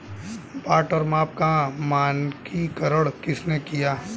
बाट और माप का मानकीकरण किसने किया?